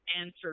answer